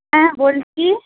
হ্যাঁ বলছি